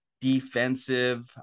defensive